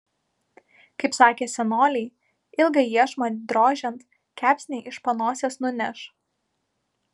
kaip sakė senoliai ilgą iešmą drožiant kepsnį iš panosės nuneš